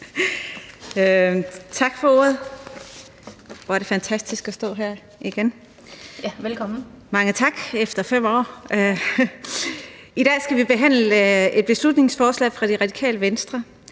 Velkommen!) Mange tak. I dag skal vi behandle et beslutningsforslag fra Det Radikale Venstre,